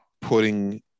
putting